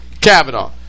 Kavanaugh